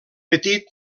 petit